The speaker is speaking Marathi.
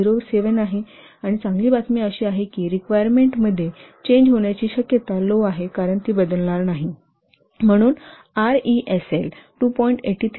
07 आहे आणि चांगली बातमी अशी आहे की रिक्वायरमेंट मध्ये चेंज होण्याची शक्यता लो आहे कारण ती बदलणार नाही म्हणून आरईएसएल 2